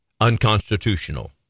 unconstitutional